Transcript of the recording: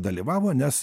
dalyvavo nes